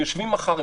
הם יושבים מחר,